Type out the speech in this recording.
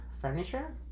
Furniture